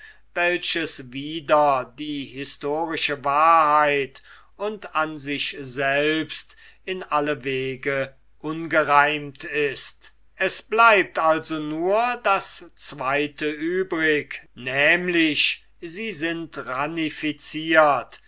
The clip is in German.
welches wider die historische wahrheit und an sich selbst in alle wege ungereimt ist es bleibt also nur das zweite übrig nämlich sie sind